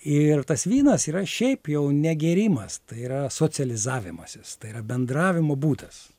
ir tas vynas yra šiaip jau ne gėrimas tai yra socializavimasis tai yra bendravimo būdas